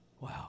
Wow